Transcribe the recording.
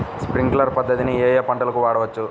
Sprinkler పద్ధతిని ఏ ఏ పంటలకు వాడవచ్చు?